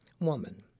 woman